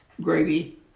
gravy